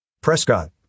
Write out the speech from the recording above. Prescott